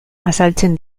azaltzen